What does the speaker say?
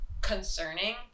concerning